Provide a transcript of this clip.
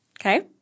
Okay